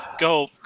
go